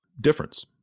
difference